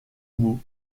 mots